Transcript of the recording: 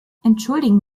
entschuldigen